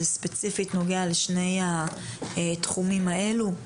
זה ספציפית נוגע לשני התחומים האלו.